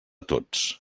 tots